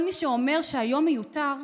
כל מי שאומר שהיום מיותר,